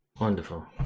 wonderful